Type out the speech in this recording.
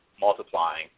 multiplying